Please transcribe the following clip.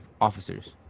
officers